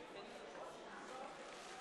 כאשר מאתגרים את השחיטה הכשרה אני צריך להגן עליה,